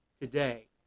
today